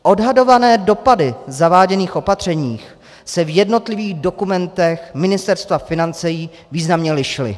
Odhadované dopady zaváděných opatření se v jednotlivých dokumentech Ministerstva financí významně lišily.